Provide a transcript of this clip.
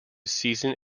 season